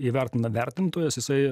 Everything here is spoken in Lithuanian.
įvertina vertintojas jisai